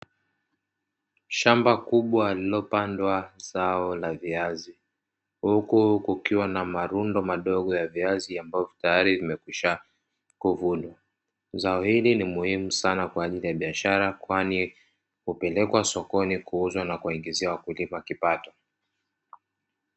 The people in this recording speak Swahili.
Shamba kubwa lilipandwa zao la viazi huku kukiwa na marundo madogo ya viazi ambayo tayari yamesha kuvunwa. Zao hili ni muhimu sana kwajili ya biashara kwani hupelekwa sokoni kuuzwa na kuwaingizia wakulima kipato.